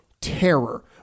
terror